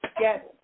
yes